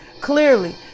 clearly